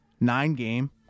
nine-game